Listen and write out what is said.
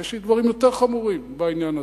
יש לי דברים יותר חמורים בעניין הזה.